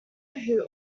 who